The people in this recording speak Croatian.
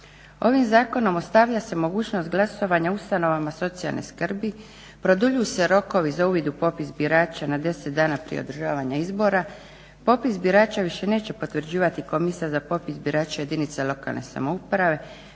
Ovim zakonom ostavlja se mogućnost glasovanja ustanovama socijalne skrbi, produljuju se rokovi za uvid u popis birača na 10 dana prije održavanja izbora, popis birača više neće potvrđivati komisija za popis birača jedinica lokalne samouprave